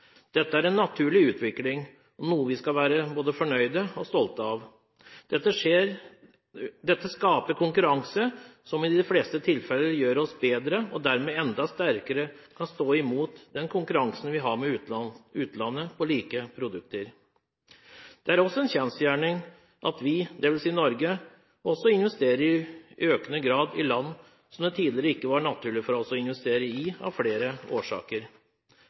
Dette er en naturlig utvikling, og noe vi skal være både fornøyd med og stolt av. Dette skaper konkurranse, som i de fleste tilfeller gjør oss bedre, og dermed kan vi enda sterkere stå imot den konkurransen vi har med utlandet på like produkter. Det er også en kjensgjerning at vi, dvs. Norge, i økende grad også investerer i land som det tidligere av flere årsaker ikke var naturlig for oss å investere i.